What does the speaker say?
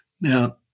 Now